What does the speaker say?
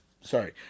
sorry